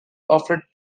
offered